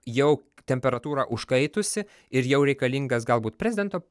jau temperatūrą užkaitusi ir jau reikalingas galbūt prezidento